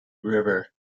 river